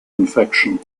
infection